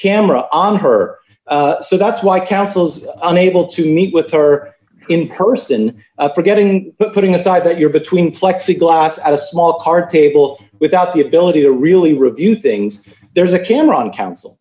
camera on her so that's why councils unable to meet with her in person forgetting putting aside that you're between plexiglas and a small card table without the ability to really review things there's a camera on council